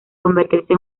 convertirse